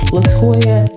Latoya